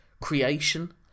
creation